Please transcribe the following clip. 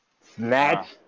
Snatch